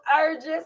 urges